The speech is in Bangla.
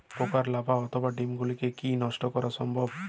পোকার লার্ভা অথবা ডিম গুলিকে কী নষ্ট করা সম্ভব?